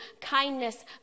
kindness